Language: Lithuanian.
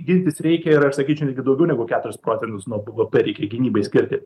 gintis reikia ir aš sakyčiau netgi daugiau negu keturis procentus nuo bvp reikia gynybai skirti